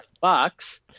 bucks